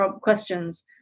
questions